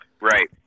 Right